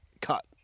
Cut